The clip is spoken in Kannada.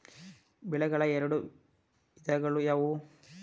ಬೆಳೆಗಳ ಎರಡು ವಿಧಗಳು ಯಾವುವು?